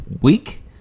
week